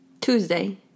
Tuesday